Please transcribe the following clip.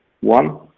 One